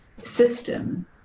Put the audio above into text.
system